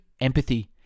empathy